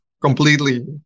completely